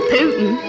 Putin